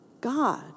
God